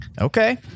Okay